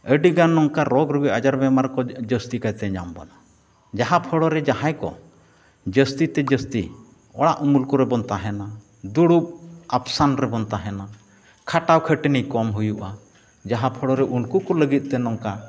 ᱟᱹᱰᱤᱜᱟᱱ ᱱᱚᱝᱠᱟ ᱨᱳᱜᱽ ᱨᱩᱜᱤ ᱟᱡᱟᱨ ᱵᱮᱢᱟᱨ ᱠᱚ ᱡᱟᱹᱥᱛᱤ ᱠᱟᱭᱛᱮ ᱧᱟᱢ ᱵᱚᱱᱟ ᱡᱟᱦᱟᱸ ᱯᱷᱳᱲᱳ ᱨᱮ ᱡᱟᱦᱟᱸᱭ ᱠᱚ ᱡᱟᱹᱥᱛᱤ ᱛᱮ ᱡᱟᱹᱥᱛᱤ ᱚᱲᱟᱜ ᱩᱢᱩᱞ ᱠᱚᱨᱮᱵᱚᱱ ᱛᱟᱦᱮᱱᱟ ᱫᱩᱲᱩᱵ ᱟᱯᱥᱟᱱ ᱨᱮᱵᱚᱱ ᱛᱟᱦᱮᱱᱟ ᱠᱷᱟᱴᱟᱣ ᱠᱷᱟᱹᱴᱱᱤ ᱠᱚᱢ ᱦᱩᱭᱩᱜᱼᱟ ᱡᱟᱦᱟᱸ ᱯᱷᱳᱲᱳ ᱨᱮ ᱩᱱᱠᱩ ᱠᱚ ᱞᱟᱹᱜᱤᱫᱼᱛᱮ ᱱᱚᱝᱠᱟᱱ